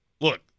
look